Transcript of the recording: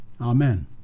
Amen